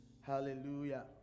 Hallelujah